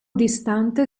distante